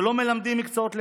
שלא מלמדים מקצועות ליבה?